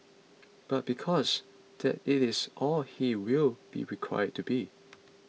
but because that it is all he will be required to be